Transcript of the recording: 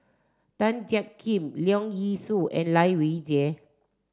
Tan Jiak Kim Leong Yee Soo and Lai Weijie